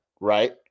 right